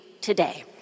today